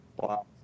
Wow